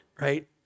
right